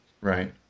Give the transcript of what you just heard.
right